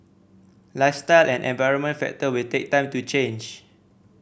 lifestyle and environmental factor will take time to change